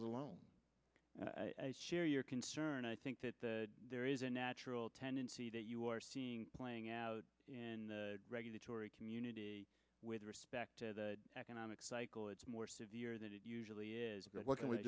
won't share your concern i think that there is a natural tendency that you are seeing playing out in the regulatory community with respect to the economic cycle it's more severe than it usually is but what can we